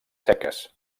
seques